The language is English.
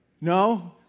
No